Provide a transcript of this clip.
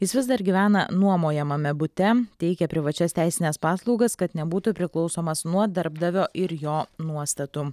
jis vis dar gyvena nuomojamame bute teikia privačias teisines paslaugas kad nebūtų priklausomas nuo darbdavio ir jo nuostatų